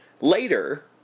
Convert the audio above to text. Later